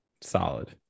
solid